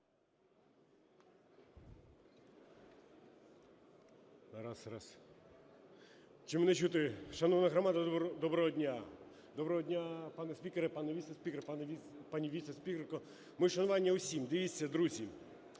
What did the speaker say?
Доброго дня, пане спікере, пане віце-спікере, пані віце-спікерко, моє шанування усім! Дивіться, друзі,